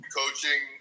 coaching